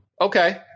okay